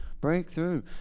breakthrough